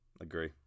agree